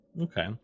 Okay